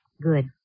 Good